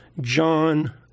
John